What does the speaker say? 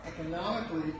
economically